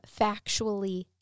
factually